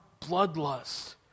bloodlust